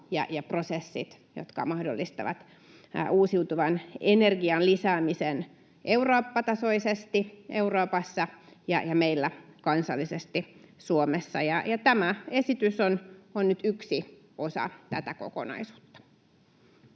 ja prosessit, jotka mahdollistavat uusiutuvan energian lisäämisen Eurooppa-tasoisesti, Euroopassa, ja meillä kansallisesti Suomessa. Tämä esitys on nyt yksi osa tätä kokonaisuutta.